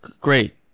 great